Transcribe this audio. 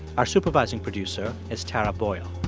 our supervising producer is tara boyle